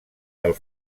del